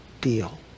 deal